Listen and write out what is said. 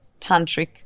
tantric